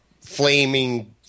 flaming